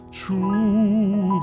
true